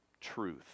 truth